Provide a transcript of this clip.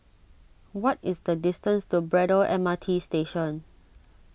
what is the distance to Braddell M R T Station